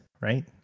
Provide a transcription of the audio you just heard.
right